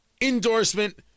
endorsement